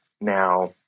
now